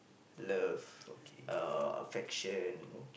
love uh affection